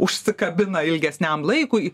užsikabina ilgesniam laikui